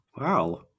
wow